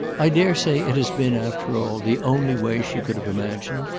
i dare say it has been, after all, the only way she could have imagined.